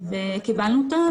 אבל היו לנו דיונים במשרד המשפטים,